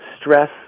stress